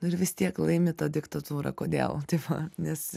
ir vis tiek laimi ta diktatūra kodėl tai va nes